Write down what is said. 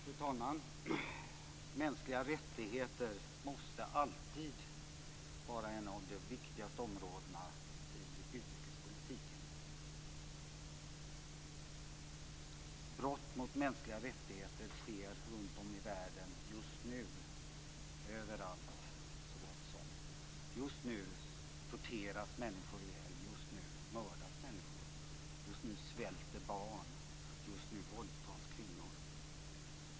Fru talman! Mänskliga rättigheter måste alltid vara ett av de viktigaste områdena i utrikespolitiken. Brott mot mänskliga rättigheter sker så gott som överallt i världen just nu. Just nu torteras människor ihjäl. Just nu mördas människor. Just nu svälter barn. Just nu våldtas kvinnor.